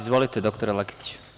Izvolite dr Laketiću.